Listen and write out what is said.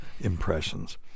impressions